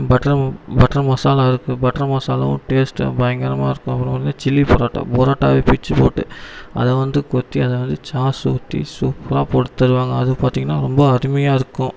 butter butter masala இருக்கு butter மசாலாவும் taste பயங்கரமாக இருக்கும் அப்புறம் வந்து சில்லி பரோட்டா பரோட்டாவே பிச்சு போட்டு அதை வந்து கொத்தி அதை வந்து சாஸ் ஊற்றி சூப்பராக போட்டு தருவாங்க அதுவும் பார்த்தீங்கன்னா ரொம்ப அருமையாக இருக்கும்